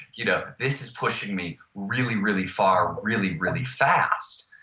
you know this is pushing me really really far really really fast.